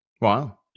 Wow